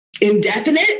indefinite